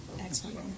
Excellent